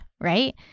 right